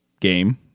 game